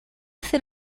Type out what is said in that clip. ser